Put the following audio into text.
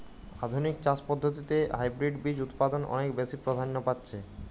আধুনিক চাষ পদ্ধতিতে হাইব্রিড বীজ উৎপাদন অনেক বেশী প্রাধান্য পাচ্ছে